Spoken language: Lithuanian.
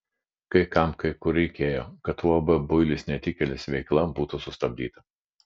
kai kam kai kur reikėjo kad uab builis netikėlis veikla būtų sustabdyta